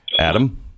Adam